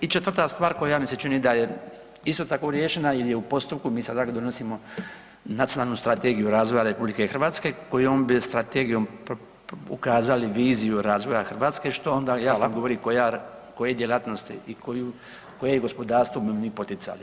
I četvrta stvar koja mi se čini da je isto tako riješena ili je u postupku, mi sada donosimo Nacionalnu strategiju razvoja RH kojom bi strategijom ukazali viziju razvoja Hrvatske što onda jasno govori koje djelatnosti i koje gospodarstvo bi mi poticali.